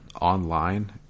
Online